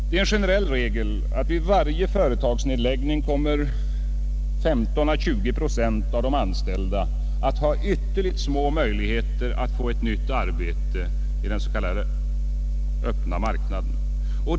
Det är en generell regel att vid varje företagsnedläggning 15 — 20 procent av de anställda kommer att ha ytterligt små möjligheter att få ett nytt arbete i den s.k. öppna marknaden.